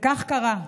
וכך קרה.